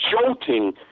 jolting